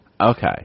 Okay